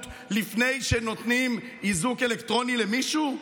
לפני שנותנים איזוק אלקטרוני למישהו?